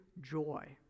joy